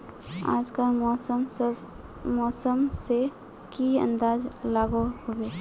आज कार मौसम से की अंदाज लागोहो होबे?